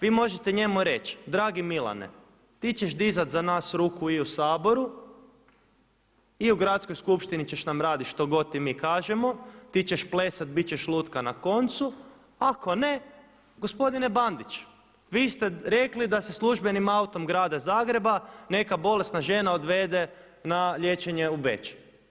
Vi možete njemu reći, dragi Milane ti ćeš dizati na nas ruku i u Saboru i u gradskoj skupštini ćeš nam raditi što god ti mi kažemo, ti ćeš plesati, biti ćeš lutka na koncu, ako ne, gospodine Bandić vi ste rekli da se službenim autom grada Zagreba neka bolesna žena odvede na liječenje u Beč.